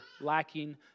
lacking